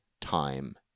time